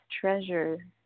treasure